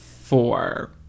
four